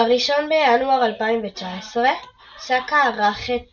ב-1 בינואר 2019 סאקה ערך את